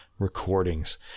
Recordings